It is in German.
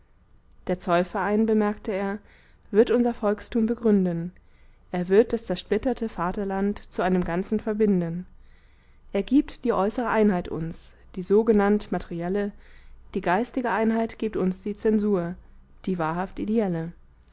der zollverein bemerkte er wird unser volkstum begründen er wird das zersplitterte vaterland zu einem ganzen verbinden er gibt die äußere einheit uns die sogenannt materielle die geistige einheit gibt uns die zensur die wahrhaft ideelle